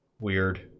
Weird